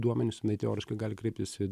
duomenys jinai teoriškai gali kreiptis į